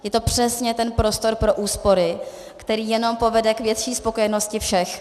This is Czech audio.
Je to přesně ten prostor pro úspory, který jenom povede k větší spokojenosti všech.